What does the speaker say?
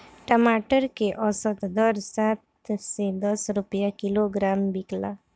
टमाटर के औसत दर सात से दस रुपया किलोग्राम बिकला?